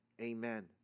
Amen